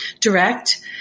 direct